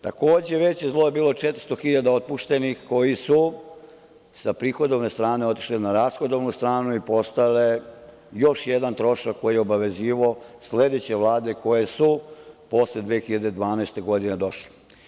Takođe, veće zlo je bilo 400 hiljada otpuštenih koji su sa prihodovne strane otišli na rashodovnu stranu i postali još jedan trošak koji je obavezivao sledeće vlade koje su posle 2012. godine došle.